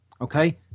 okay